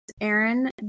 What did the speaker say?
Aaron